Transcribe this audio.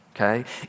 okay